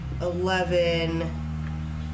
eleven